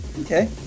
okay